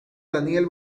daniel